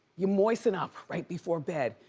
you moisten up right before bed.